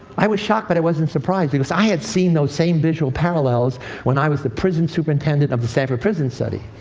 i was shocked, but i wasn't surprised, because i had seen those same visual parallels when i was the prison superintendent of the stanford prison study.